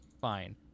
fine